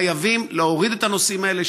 חייבים להוריד את הנושאים האלה,